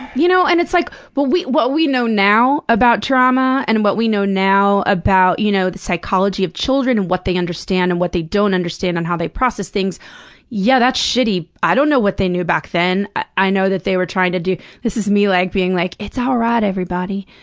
you know and it's like, what we what we know now about trauma and what we know now about you know the psychology of children, what they understand and what they don't understand and how they process things yeah, that's shitty. i don't know what they knew back then. i know that they were trying to do this is me, like, being like, it's all right, everybody!